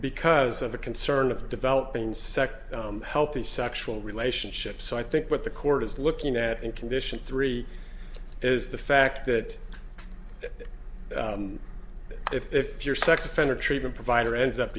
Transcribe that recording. because of the concern of developing sector healthy sexual relationships so i think what the court is looking at in condition three is the fact that if your sex offender treatment provider ends up